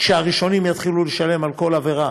כשהראשונים יתחילו לשלם על כל עבירה